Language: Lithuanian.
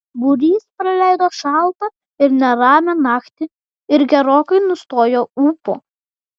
būrys praleido šaltą ir neramią naktį ir gerokai nustojo ūpo